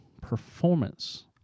performance